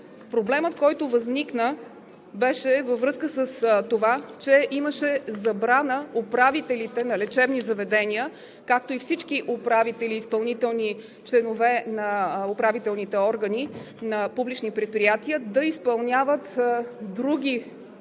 Проблемът, който възникна, беше във връзка с това, че имаше забрана управителите на лечебни заведения, както и всички управители – изпълнителни членове на управителните органи на публични предприятия, да изпълняват други дейности